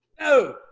No